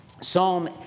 Psalm